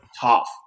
tough